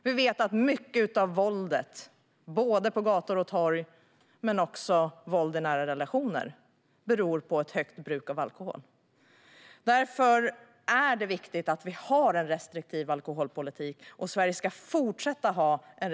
Vi vet att mycket av våldet, både på gator och torg och i nära relationer, beror på ett högt bruk av alkohol. Därför är det viktigt att vi har en restriktiv alkoholpolitik, och det ska Sverige fortsätta att ha.